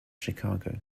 chicago